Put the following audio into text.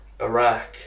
Iraq